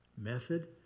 method